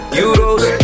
euros